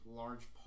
large